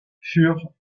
furent